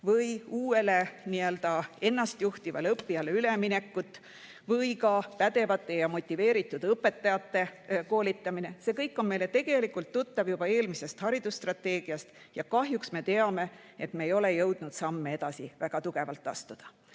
nii‑öelda ennastjuhtivale õppijale üleminek või ka pädevate ja motiveeritud õpetajate koolitamine, on kõik meile tegelikult tuttavad juba eelmisest haridusstrateegiast. Kahjuks me teame, et me ei ole jõudnud väga tugevaid samme